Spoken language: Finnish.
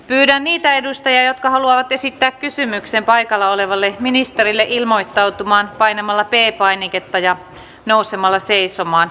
pyydän niitä edustajia jotka haluavat esittää kysymyksen paikalla olevalle ministerille ilmoittautumaan painamalla p painiketta ja nousemalla seisomaan